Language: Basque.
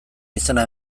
izena